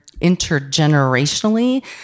intergenerationally